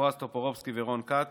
חברי הכנסת בועז טופורובסקי ורון כץ,